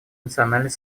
национальный